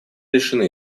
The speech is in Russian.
лишены